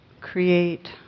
create